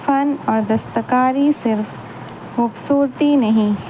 فن اور دستکاری صرف خوبصورتی نہیں